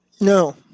No